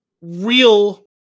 real